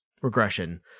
regression